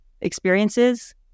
experiences